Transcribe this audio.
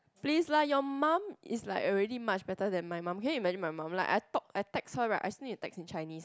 please lah your mom is like already much better than my mom can you imagine my mom like I talk I text her right I still need to text her in Chinese